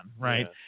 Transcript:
right